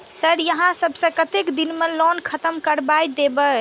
Sir यहाँ सब कतेक दिन में लोन खत्म करबाए देबे?